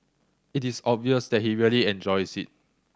it is obvious that he really enjoys it